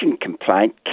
complaint